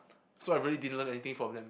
so I really didn't learn anything from them